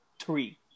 three